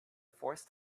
forced